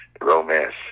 romance